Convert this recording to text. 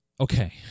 Okay